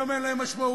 היום אין להם משמעות,